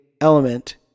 element